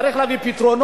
צריך להביא פתרונות,